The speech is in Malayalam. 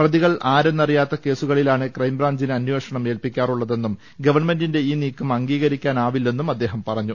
പ്രതികൾ ആരെന്ന റിയാത്ത കേസുകളിലാണ് ക്രൈംബ്രാഞ്ചിനെ അന്വേഷണം ഏൽപ്പിക്കാറുള്ളതെന്നും ഗവൺമെന്റിന്റെ ഈ നീക്കം അംഗീക രിക്കാനാവില്ലെന്നും അദ്ദേഹം പറഞ്ഞു